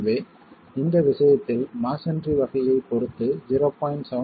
எனவே இந்த விஷயத்தில் மஸோன்றி வகையைப் பொறுத்து 0